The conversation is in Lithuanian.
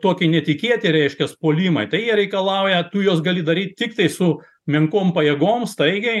tokie netikėti reiškias puolimai tai jie reikalauja tu juos gali daryt tiktai su menkom pajėgom staigiai